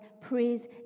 praise